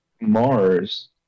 mars